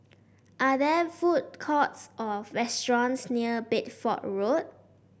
are there food courts or restaurants near Bedford Road